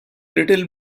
little